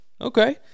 Okay